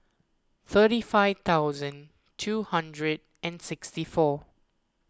thirty five thousand two hundred and sixty four